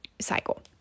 cycle